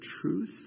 truth